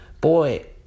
boy